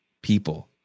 people